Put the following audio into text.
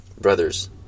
Brothers